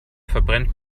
verbrennt